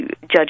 judge